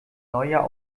neujahr